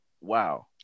wow